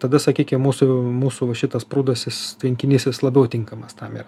tada sakykim mūsų mūsų va šitas prūdas jie tvenkinys jis labiau tinkamas tam yra